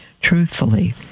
truthfully